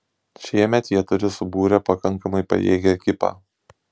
šiemet jie turi subūrę pakankamai pajėgią ekipą